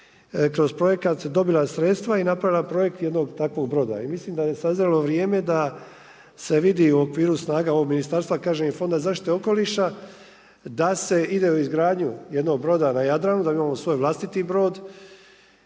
kroz projekat dobila sredstva i napravila projekt jednog takvog broda. I mislim da je sazrilo vrijeme da se vidi u okviru snaga ovog ministarstva, kažem i Fonda zaštite okoliša, da se ide u izgradnju jednog broda na Jadranu, da imamo svoj vlastiti brod.